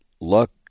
luck